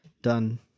done